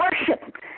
worship